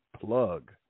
plug